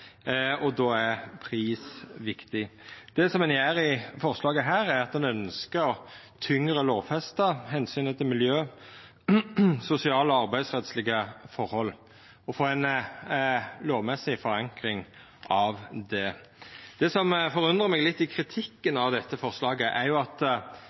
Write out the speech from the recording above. og då er pris viktig. Det ein gjer i dette forslaget, er at ein ønskjer tyngre å lovfesta omsynet til miljø-, sosial- og arbeidsrettslege forhold og få ei lovmessig forenkling av det. Det som forundrar meg litt i kritikken av forslaget, er at